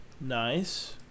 Nice